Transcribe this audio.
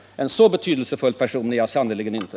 En så betydelsefull person är jag sannerligen inte.